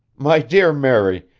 my dear mary,